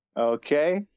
Okay